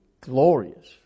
glorious